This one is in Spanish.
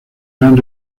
gran